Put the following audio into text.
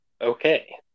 okay